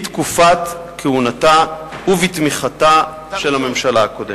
בתקופת כהונתה ובתמיכתה של הממשלה הקודמת.